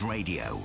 Radio